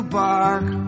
bark